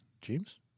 James